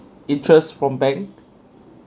interest from bank